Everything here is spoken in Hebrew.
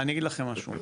אני אגיד לכם משהו,